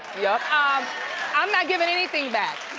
yep ah um i'm not giving anything back